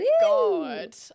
God